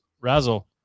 Razzle